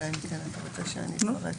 אלא אם כן אתה רוצה אני אפרט.